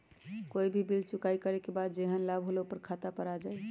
कोई बिल चुकाई करे के बाद जेहन लाभ होल उ अपने खाता पर आ जाई?